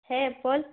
হ্যাঁ বল